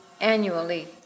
annually